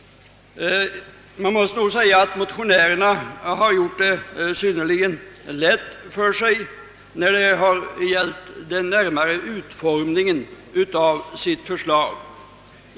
Man måste säga att motionärerna har gjort det synnerligen lätt för sig i den närmare utformningen av sitt förslag.